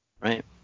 right